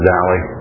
Valley